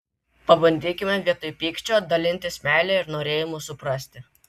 pabandykime vietoj pykčio dalintis meile ir norėjimu suprasti